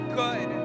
good